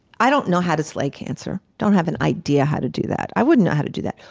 i don't know how to slay cancer, don't have an idea how to do that. i wouldn't know how to do that.